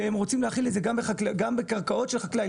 שהם רוצים להחיל את זה גם בקרקעות של חקלאי.